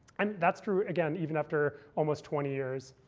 and that's true, again, even after almost twenty years.